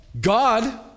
God